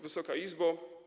Wysoka Izbo!